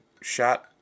shot